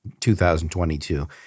2022